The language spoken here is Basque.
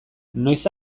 noiz